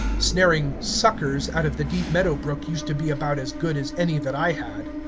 snaring suckers out of the deep meadow brook used to be about as good as any that i had.